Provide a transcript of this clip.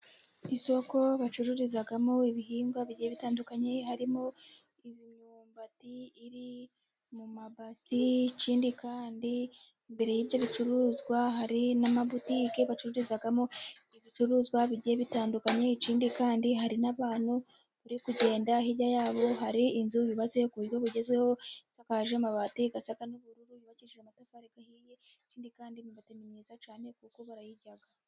Ku isoko bacururizamo ibihingwa bigiye bitandukanye ,harimo imyumbati iri mu mabasi, ikindi kandi imbere y'ibyo bicuruzwa hari n'amabutike bacururizamo ibicuruzwa bigiye bitandukanye, ikindi kandi hari n'abantu bari kugenda, hirya yabo hari inzu yubatse ku buryo bugezweho , isakaje amabati asa n'ubururu , yubakije amatafari ahiye, ikindi kandi imyumnati ni myiza cyane kuko barayirya.